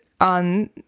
on